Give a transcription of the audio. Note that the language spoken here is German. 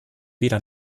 weder